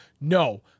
No